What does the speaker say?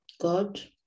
God